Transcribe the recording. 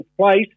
place